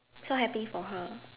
so happy for her